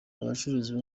abacururiza